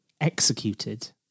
executed